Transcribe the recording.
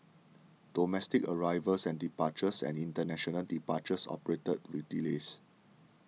domestic arrivals and departures and international departures operated with delays